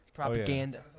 propaganda